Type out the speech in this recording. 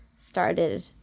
started